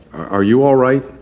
are you all right.